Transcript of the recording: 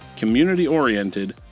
community-oriented